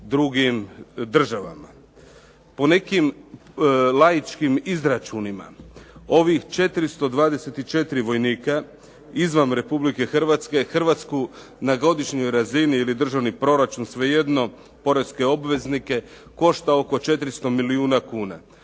Po nekim laičkim izračunima ovih 424 vojnika izvan Republike Hrvatske Hrvatsku na godišnjoj razini ili državni proračun svejedno, poreske obveznike košta oko 400 milijuna kuna.